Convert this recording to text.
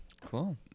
Cool